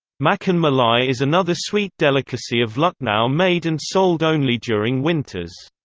makkhan-malai is another sweet delicacy of lucknow made and sold only during winters.